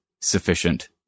sufficient